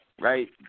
Right